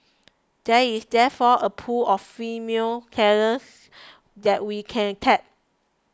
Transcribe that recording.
there is therefore a pool of female talents that we can tap